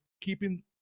keeping